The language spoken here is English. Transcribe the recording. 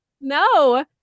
No